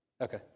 Okay